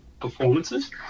performances